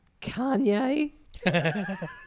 Kanye